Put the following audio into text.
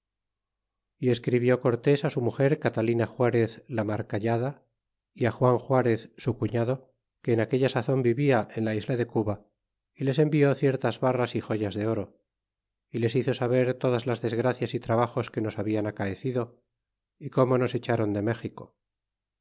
y escribió cortés su muger catalina juarez la marcayada y juan juarez su cuñado que en aquella sazon vivia en la isla de cuba y les envió ciertas barras y joyas de oro y les hizo saber todas las desgracias y trabajos que nos hablan acaecido y como nos echron de méxico